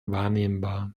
wahrnehmbar